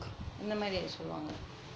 இந்தமாரி சொல்லுவாங்க:inthamari solluvanga